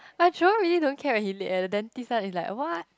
but Jerome really don't care when he late eh the dentist one is like what